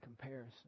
comparison